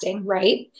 right